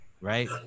right